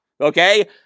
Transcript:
okay